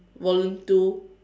volume two